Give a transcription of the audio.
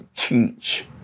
teach